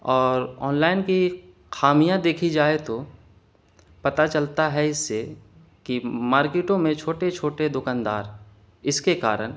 اور آنلائن کی خامیاں دیکھی جائے تو پتا چلتا ہے اس سے کہ مارکیٹوں میں چھوٹے چھوٹے دکاندار اس کے کارن